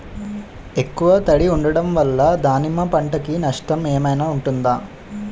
ఎక్కువ తడి ఉండడం వల్ల దానిమ్మ పంట కి నష్టం ఏమైనా ఉంటుందా?